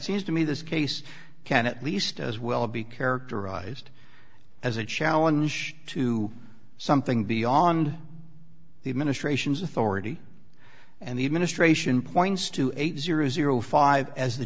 seems to me this case can at least as well be characterized as a challenge to something beyond the administration's authority and the administration points to eight thousand and five as the